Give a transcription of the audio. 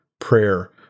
prayer